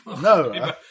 no